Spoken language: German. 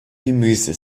gemüse